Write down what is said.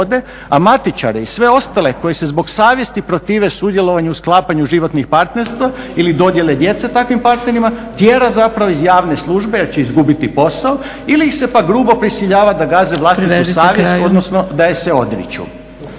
a matičare i sve ostale koji se zbog savjesti protive sudjelovanju sklapanja životnih partnerstva ili dodjele djece takvim partnerima tjera zapravo iz javne službe jer će izgubiti posao ili ih se pak grubo prisiljava da gaze vlastitu savjest odnosno da je se odriču.